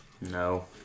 No